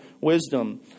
wisdom